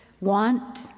want